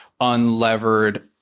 unlevered